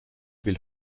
will